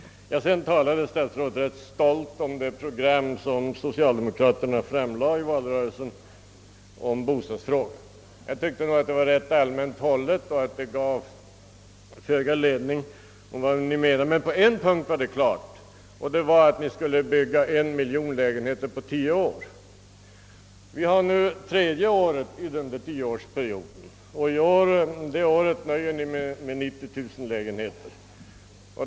Sedan talade statsrådet med stolthet om det program som socialdemokraterna framlade i valrörelsen om bostadsfrågan. Jag tyckte nog att detta program var rätt allmänt hållet och att det gav föga ledning för vad ni menade. Men på en punkt var det fullt klart, nämligen att ni skulle bygga en miljon lägenheter på tio år. Vi är nu inne på tredje året av denna tioårsperiod, och i år nöjer ni er med 90 000 lägenheter.